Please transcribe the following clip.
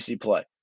play